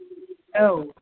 औ